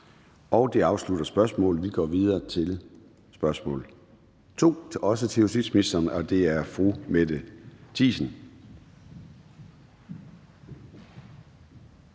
Det afslutter spørgsmålet. Vi går videre til spørgsmål nr. 2, også til justitsministeren, og spørgeren er fru Mette Thiesen.